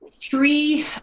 Three